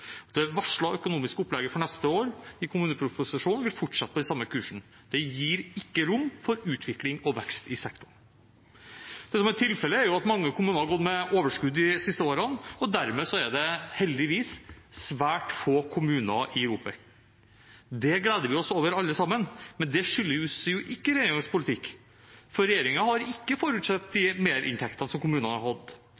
Det varslede økonomiske opplegget for neste år i kommuneproposisjonen vil fortsette den samme kursen. Det gir ikke rom for utvikling og vekst i sektoren. Det som er tilfellet, er at mange kommuner har gått med overskudd de siste årene, og dermed er det heldigvis svært få kommuner i ROBEK. Det gleder vi oss over alle sammen. Men det skyldes ikke regjeringens politikk, for regjeringen har ikke forutsett de